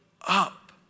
up